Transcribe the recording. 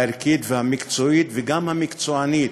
הערכית והמקצועית, וגם המקצוענית,